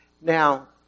Now